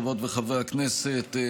חברות וחברי הכנסת,